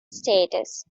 status